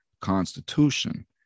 Constitution